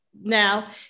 now